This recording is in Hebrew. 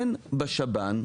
אין בשב"ן,